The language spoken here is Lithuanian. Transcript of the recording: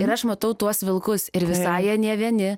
ir aš matau tuos vilkus ir visai jie ne vieni